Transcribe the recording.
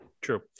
true